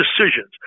decisions